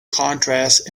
contrast